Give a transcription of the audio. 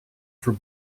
for